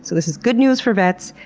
so this is good news for vets.